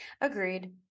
Agreed